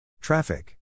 TRAFFIC